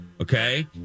Okay